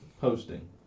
posting